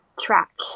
track